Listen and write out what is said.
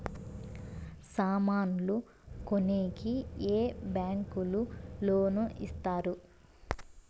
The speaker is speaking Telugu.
సామాన్లు కొనేకి ఏ బ్యాంకులు లోను ఇస్తారు?